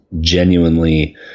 genuinely